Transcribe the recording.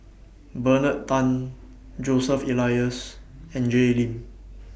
Bernard Tan Joseph Elias and Jay Lim